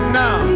now